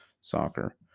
soccer